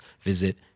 visit